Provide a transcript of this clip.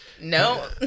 No